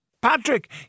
Patrick